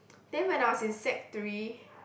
then when I was in sec three